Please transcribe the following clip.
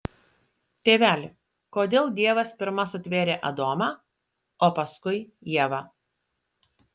tėveli kodėl dievas pirma sutvėrė adomą o paskui ievą